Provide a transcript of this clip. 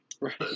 Right